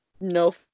no